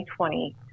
2020